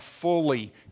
fully